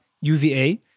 UVA